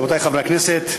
רבותי חברי הכנסת,